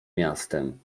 miastem